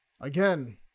Again